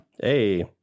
Hey